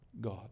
God